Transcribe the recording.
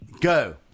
Go